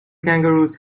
kangaroos